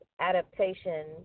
adaptation